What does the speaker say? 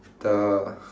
the